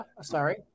Sorry